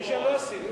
תשע לא עשינו.